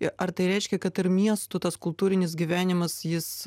ir ar tai reiškia kad ir miestų tas kultūrinis gyvenimas jis